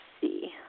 see